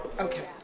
Okay